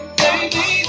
baby